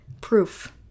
proof